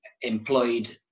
employed